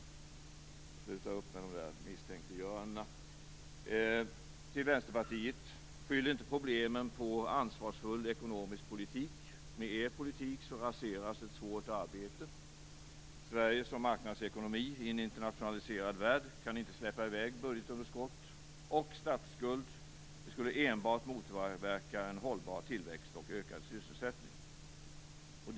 Sluta upp med misstänkliggörandena! Till Vänsterpartiet vill jag säga: Skyll inte problemen på ansvarsfull ekonomisk politik! Med er politik raseras ett svårt arbete. Sverige kan som marknadsekonomi i en internationaliserad värld inte släppa i väg budgetunderskott och statsskuld. Det skulle enbart motverka en hållbar tillväxt och ökad sysselsättning.